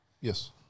Yes